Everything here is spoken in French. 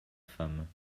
femme